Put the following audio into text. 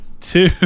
two